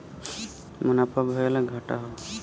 मुनाफा भयल या घाटा हौ